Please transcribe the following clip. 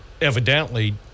evidently